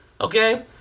okay